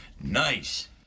Nice